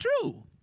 true